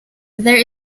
there